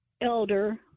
elder